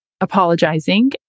apologizing